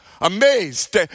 Amazed